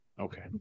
Okay